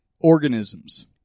organisms